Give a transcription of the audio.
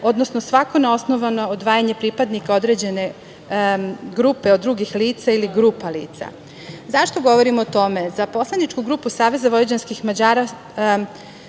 odnosno svako neosnovano odvajanje pripadnika određene grupe od drugih lica ili grupa lica.Zašto govorim o tome? Za poslaničku grupu Savez vojvođanskih Mađara